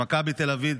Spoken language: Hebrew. עם מכבי תל אביב,